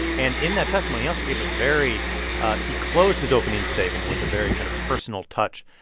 and in that testimony, he also gave a very he closed his opening statement with a very kind of personal touch,